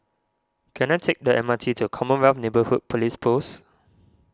can I take the M R T to Commonwealth Neighbourhood Police Post